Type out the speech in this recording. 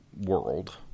World